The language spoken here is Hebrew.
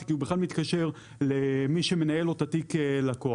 כי זה בכלל מתקשר למי שמנהל לו את תיק הלקוח.